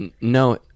No